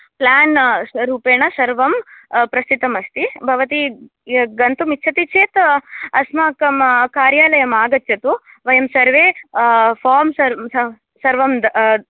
plan रूपेण सर्वं प्रेषितमस्ति भवती गन्तुमिच्छति चेत् अस्माकं कार्यालयम् आगच्छतु वयं सर्वे फ़ाम् स सर्वं द